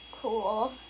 cool